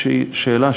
הוותמ"לים,